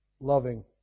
loving